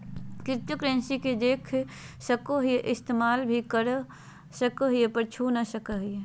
cryptocurrency के देख सको हीयै इस्तेमाल भी कर सको हीयै पर छू नय सको हीयै